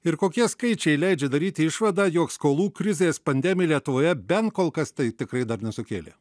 ir kokie skaičiai leidžia daryti išvadą jog skolų krizės pandemija lietuvoje bent kol kas tai tikrai dar nesukėlė